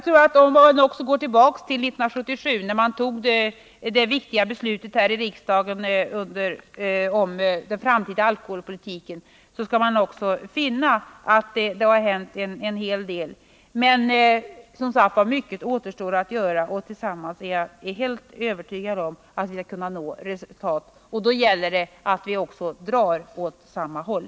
Sedan riksdagen tog det viktiga beslutet om den framtida alkoholpolitiken har det hänt en hel del. Men, som sagt, mycket återstår att göra. Jag är helt övertygad om att vi tillsammans skall kunna nå resultat. Då gäller det emellertid att vi drar åt samma håll.